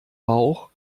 bauch